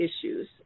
issues